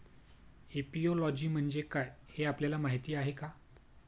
Apiology म्हणजे काय, हे आपल्याला माहीत आहे का?